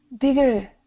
bigger